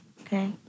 Okay